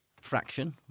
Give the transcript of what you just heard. fraction